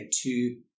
two